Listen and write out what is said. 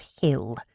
hill